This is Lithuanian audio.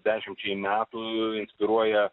dešimčiai metų inspiruoja